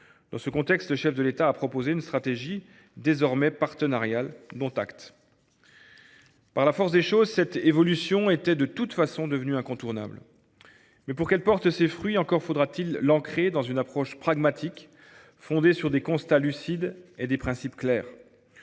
Dans ce contexte, le chef de l’État a proposé une stratégie désormais « partenariale ». Dont acte. Par la force des choses, cette évolution était de toute façon devenue incontournable. Mais, pour qu’elle porte ses fruits, encore faudra t il l’ancrer dans une approche pragmatique, fondée sur des constats lucides et des principes clairs.